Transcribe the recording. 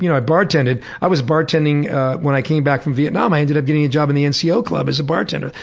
you know i bartended. i was bartending when i came back from vietnam, i ended up getting a job in the and nco ah club as a bartender.